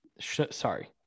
sorry